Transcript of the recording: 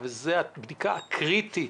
וזאת הבדיקה הקריטית,